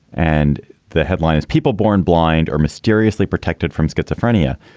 and the headline is people born blind or mysteriously protected from schizophrenia.